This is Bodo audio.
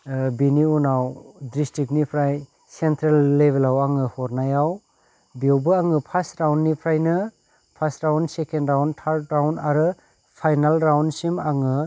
बिनि उनाव द्रिष्टिकनिफ्राय सेनथ्रेल लेबेलाव आङो हरनायाव बेवबो आङो फार्स रावननिफ्रायनो फार्स रावन सेकेण्ड रावन थार्द रावन आरो फाइनाल रावनसिम आङो